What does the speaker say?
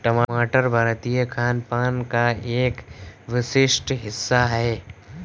टमाटर भारतीय खानपान का एक विशिष्ट हिस्सा है